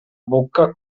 bocca